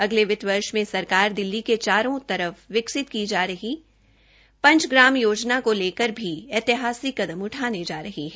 अगले वित्त वर्ष में सरकार दिल्ली के चारों तरफ विकसित की जाने वाली पंचग्राम योजना को लेकर भी ऐतिहासिक कदम उठाने जा रही है